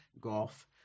golf